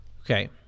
okay